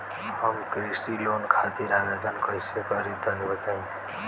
हम कृषि लोन खातिर आवेदन कइसे करि तनि बताई?